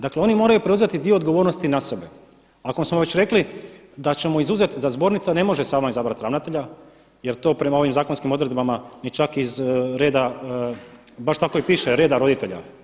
Dakle, oni moraju preuzeti dio odgovornosti na sebe ako smo već rekli da ćemo izuzeti da zbornica ne može sama izabrati ravnatelja jer to prema ovim zakonskim odredbama niti čak iz reda baš tako i piše reda roditelja.